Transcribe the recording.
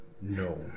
no